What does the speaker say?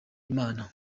imana